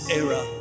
era